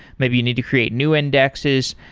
maybe you need to create new indexes.